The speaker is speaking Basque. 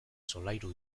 solairu